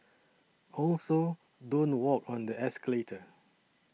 also don't walk on the escalator